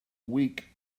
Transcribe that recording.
weak